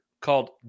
called